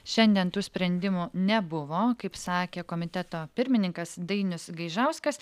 šiandien tų sprendimų nebuvo kaip sakė komiteto pirmininkas dainius gaižauskas